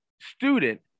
student